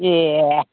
ए